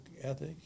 ethic